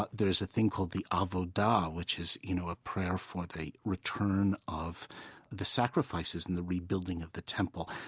but there's a thing called the avodah, which is, you know, a prayer for the return of the sacrifices and the rebuilding of the temple.